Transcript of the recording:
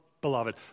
beloved